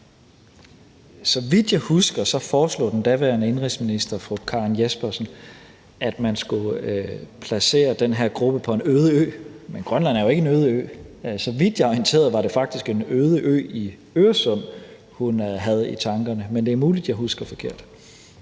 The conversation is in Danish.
Så vidt jeg husker, foreslog den daværende indenrigsminister, fru Karen Jespersen, at man skulle placere den her gruppe på en øde ø. Men Grønland er jo ikke en øde ø, og så vidt jeg er orienteret, var det faktisk en øde ø i Øresund, hun havde i tankerne, men det er muligt, jeg husker forkert.